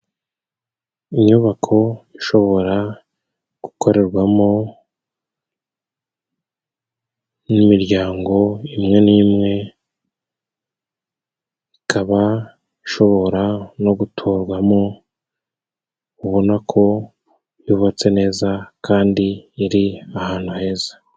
Inyubako ishobora gukorerwamo n'imiryango imwe n'imwe, ikaba ishobora no gutorwamo, ubona ko yubatse neza kandi iri ahantu heza.